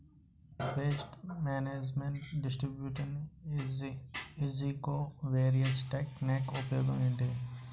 paste management distribution ఏజ్జి covariance technique ఉపయోగం ఏంటి